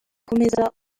komeza